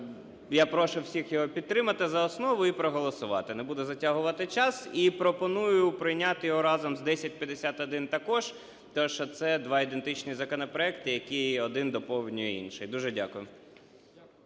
я прошу всіх його підтримати за основу і проголосувати. Не буду затягувати час. І пропоную прийняти його разом з 1051 також, тому що це два ідентичних законопроекти, які один доповнює інший. Дуже дякую.